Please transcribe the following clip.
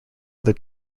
other